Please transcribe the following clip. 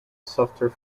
software